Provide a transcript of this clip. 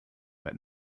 but